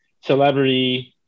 celebrity